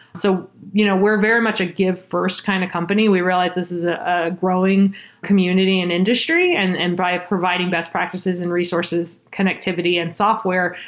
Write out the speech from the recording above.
so you know we're very much a give first kind of company. we realized this is ah ah growing community and industry, and and by ah providing best practices and resources, connectivity and software,